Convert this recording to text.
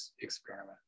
experiment